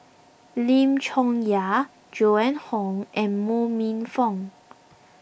Lim Chong Yah Joan Hon and Mo Ho Minfong